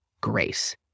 grace